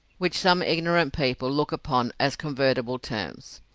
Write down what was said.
which some ignorant people look upon as convertible terms.